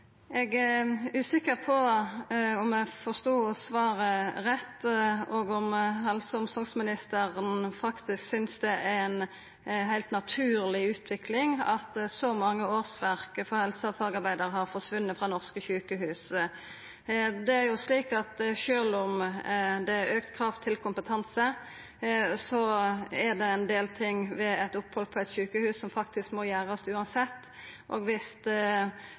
Eg er usikker på om eg forstod svaret rett, og om helse- og omsorgsministeren faktisk synest det er ei heilt naturleg utvikling at så mange årsverk for helsefagarbeidarar har forsvunne frå norske sjukehus. Sjølv om det er auka krav til kompetanse, er det ein del ting under eit opphald på eit sjukehus som faktisk må gjerast, uansett.